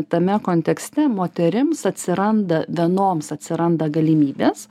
tame kontekste moterims atsiranda vienoms atsiranda galimybės